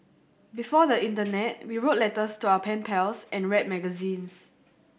before the internet we wrote letters to our pen pals and read magazines